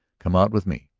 come out with me.